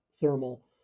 thermal